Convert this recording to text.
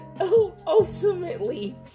ultimately